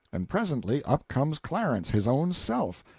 and presently up comes clarence, his own self!